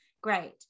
great